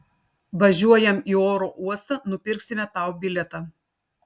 važiuojam į oro uostą nupirksime tau bilietą